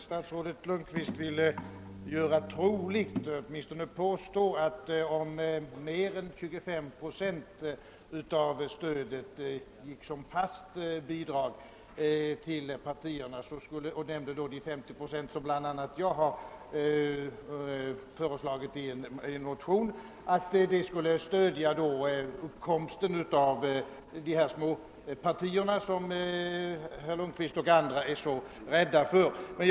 Statsrådet Lundkvist ville göra troligt eller åtminstone påstå, att om mer än 25 procent av stödet utgår som fast bidrag till partierna — han nämnde 50 procent, som bl.a. jag har föreslagit i en motion — skulle uppkomsten av sådana småpartier, som herr Lundkvist och andra är så rädda för, underlättas.